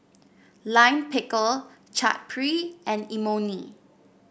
Lime Pickle Chaat Papri and Imoni